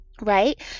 right